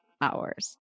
hours